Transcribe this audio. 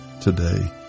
today